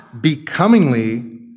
becomingly